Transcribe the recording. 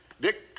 Dick